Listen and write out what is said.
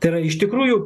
tai yra iš tikrųjų